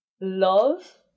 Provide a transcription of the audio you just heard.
love